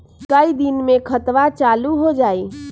कई दिन मे खतबा चालु हो जाई?